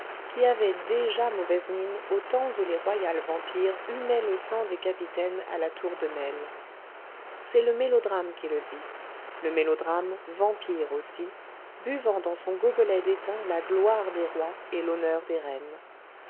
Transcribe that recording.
qui avait déjà mauvaise mine au temps où les royales vampires humaient le sang des capitaines à la tour de nesle c'est le mélodrame qui le dit le mélodrame vampire aussi buvant dans son gobelet d'étain la gloire des rois et l'honneur des reines